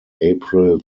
april